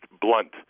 blunt